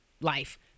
Life